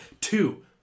Two